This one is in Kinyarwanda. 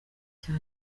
cya